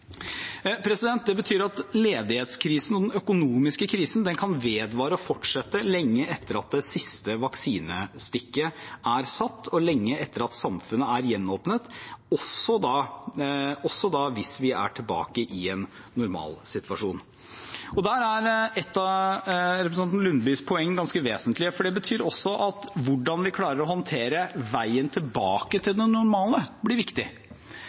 Det betyr at ledighetskrisen og den økonomiske krisen kan vedvare og fortsette lenge etter at det siste vaksinestikket er satt, og lenge etter at samfunnet er gjenåpnet, også hvis vi er tilbake i en normalsituasjon. Der er et av representantens Nordby Lundes poeng ganske vesentlig, for det betyr også at hvordan vi klarer å håndtere veien tilbake til det normale, blir viktig.